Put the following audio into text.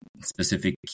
specific